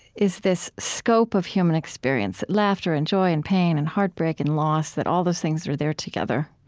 is this scope of human experience. laughter and joy and pain and heartbreak and loss that all those things are there together.